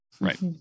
Right